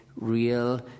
real